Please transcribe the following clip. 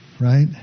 right